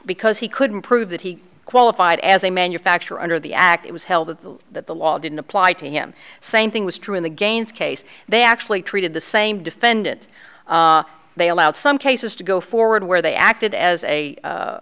because he couldn't prove that he qualified as a manufacturer under the act it was held that the law didn't apply to him same thing was true in the gaines case they actually treated the same defendant they allowed some cases to go forward where they acted as a